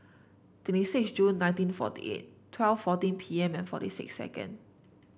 twenty six June nineteen forty eight twelve fourteen P M and forty six second